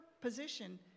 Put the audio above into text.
position